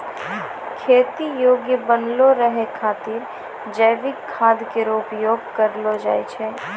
खेती योग्य बनलो रहै खातिर जैविक खाद केरो उपयोग करलो जाय छै